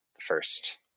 first